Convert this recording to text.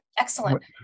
Excellent